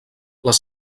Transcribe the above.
les